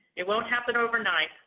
it won't happen overnight,